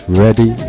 ready